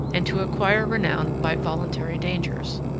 and to acquire renown by voluntary dangers.